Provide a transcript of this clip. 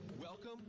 welcome